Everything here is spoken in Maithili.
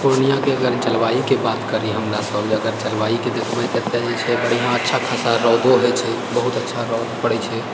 पूर्णियाके अगर जलवायुके बात करी हमरा सब अगर जलवायुके देखबै तऽ बढ़िआँ अच्छा खासा रौदो होइत छै बहुत अच्छा रौद पड़ैत छै